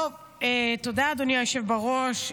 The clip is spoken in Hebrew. תודה, אדוני היושב בראש.